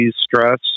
stress